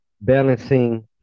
balancing